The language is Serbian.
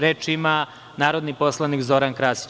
Reč ima narodni poslanik Zoran Krasić.